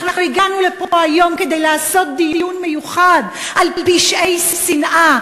הגענו לפה היום כדי לנהל דיון מיוחד על פשעי שנאה,